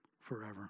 forever